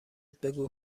بگو